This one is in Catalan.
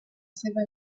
seva